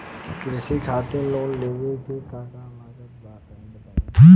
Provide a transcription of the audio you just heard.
कृषि खातिर लोन लेवे मे का का लागत बा तनि बताईं?